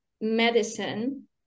medicine